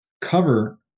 cover